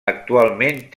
actualment